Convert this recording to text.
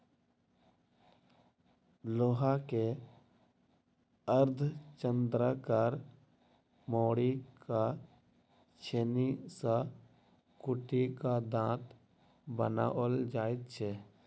लोहा के अर्धचन्द्राकार मोड़ि क छेनी सॅ कुटि क दाँत बनाओल जाइत छै